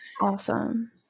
Awesome